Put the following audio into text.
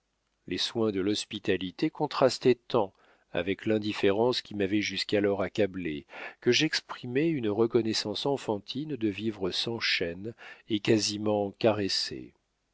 les soins de l'hospitalité contrastaient tant avec l'indifférence qui m'avait jusqu'alors accablé que j'exprimais une reconnaissance enfantine de vivre sans chaînes et quasiment caressé